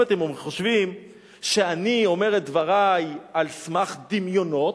אם אתם חושבים שאני אומר את דברי על סמך דמיונות,